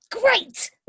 great